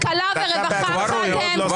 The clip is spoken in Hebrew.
כלכלה ורווחה חד הן.